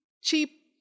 cheap